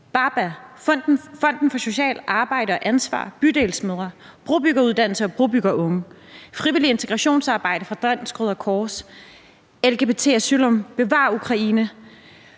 Baba – Fonden for Socialt Ansvar; Bydelsmødre; brobyggeruddannelse og brobyggerunge; frivilligt integrationsarbejde fra Dansk Røde Kors; LGBT Asylum; Bevar Ukraine;